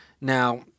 Now